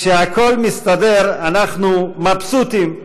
כשהכול מסתדר אנחנו מבסוטים,